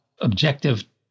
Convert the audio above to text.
objective